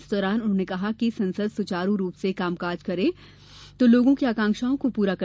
इस दौरान उन्होंने कहा कि यदि संसद सुचारू रूप से कामकाज करे तो लोगों की आकांक्षाओं को पूरा कर सकती है